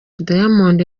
diamond